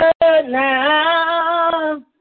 now